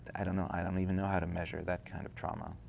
i don't know. i don't even know how to measure that kind of trauma.